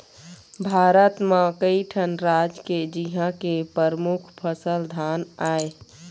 भारत म कइठन राज हे जिंहा के परमुख फसल धान आय